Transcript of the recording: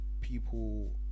people